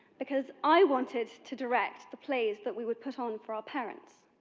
because, i wanted to direct the plays that we would put on for our parents.